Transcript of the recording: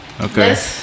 Okay